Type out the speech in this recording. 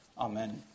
Amen